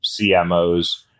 CMOs